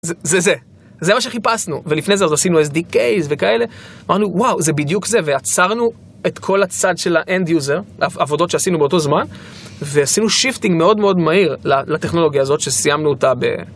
זה זה, זה מה שחיפשנו, ולפני זה עשינו SD-Case וכאלה, אמרנו וואו, זה בדיוק זה, ועצרנו את כל הצד של האנד יוזר, העבודות שעשינו באותו זמן, ועשינו שיפטינג מאוד מאוד מהיר לטכנולוגיה הזאת שסיימנו אותה ב...